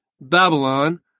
Babylon